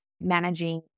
managing